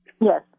Yes